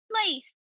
Place